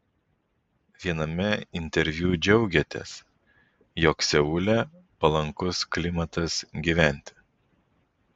viename interviu džiaugėtės jog seule palankus klimatas gyventi